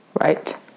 right